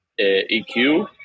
EQ